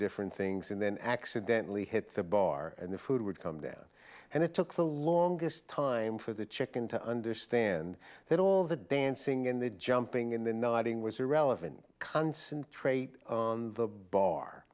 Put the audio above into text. different things and then accidentally hit the bar and the food would come there and it took the longest time for the chicken to understand that all the dancing and the jumping in the nodding was irrelevant concentrate on the bar